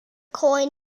coin